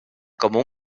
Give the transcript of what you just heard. como